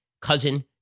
cousin